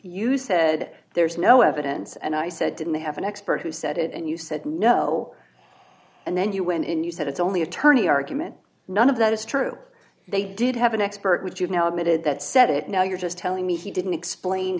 you said there is no evidence and i said didn't have an expert who said it and you said no and then you went in you said it's only attorney argument none of that is true they did have an expert with you now admitted that said it now you're just telling me he didn't explain